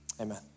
amen